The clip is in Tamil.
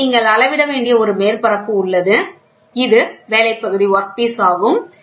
இங்கே நீங்கள் அளவிட வேண்டிய ஒரு மேற்பரப்பு உள்ளது இது ஒரு வேலை பகுதி ஆகும்